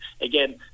again